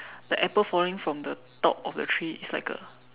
the apple falling from the top of the tree is like a